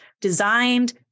designed